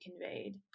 conveyed